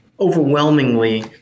overwhelmingly